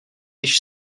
již